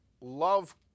love